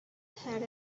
had